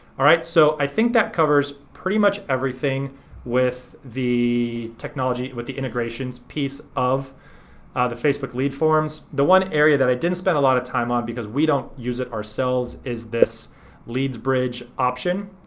alright, so i think that covers pretty much everything with the technology, with the integrations piece of the facebook lead forms. the one area that i didn't spend a lot of time on because we don't use it ourselves is this leadsbridge option.